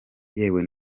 yewe